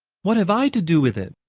what have i to do with it?